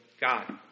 God